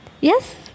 Yes